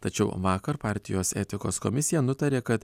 tačiau vakar partijos etikos komisija nutarė kad